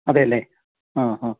അതേ അല്ലേ ആ ആ